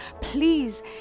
please